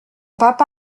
papa